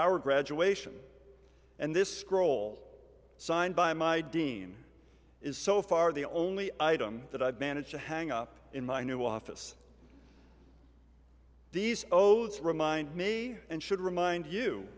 our graduation and this scroll signed by my dean is so far the only item that i've managed to hang up in my new office these shows remind me and should remind you